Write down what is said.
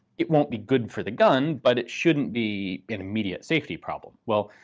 it won't be good for the gun, but it shouldn't be an immediate safety problem. well,